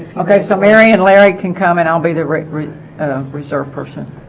okay so marion larry can come in i'll be the referee a reserved person